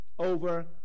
over